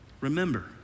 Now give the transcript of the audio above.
Remember